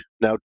Now